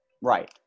Right